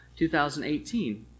2018